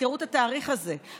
תזכרו את התאריך הזה,